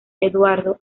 eduardo